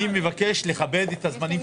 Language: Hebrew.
אני מבקש לכבד את הזמנים.